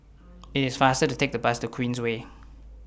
IT IS faster to Take The Bus to Queensway